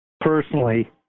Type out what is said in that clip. personally